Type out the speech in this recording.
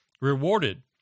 rewarded